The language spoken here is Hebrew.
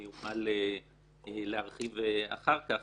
אני אוכל להרחיב אחר כך